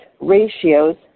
ratios